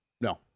no